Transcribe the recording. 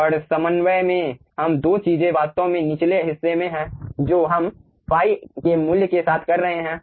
और समन्वय में हम 2 चीजें वास्तव में निचले हिस्से में हैं जो हम ϕ के मूल्य के साथ कर रहे हैं